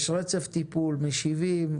יש רצף טיפול, משיבים.